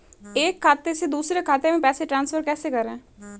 एक खाते से दूसरे खाते में पैसे कैसे ट्रांसफर करें?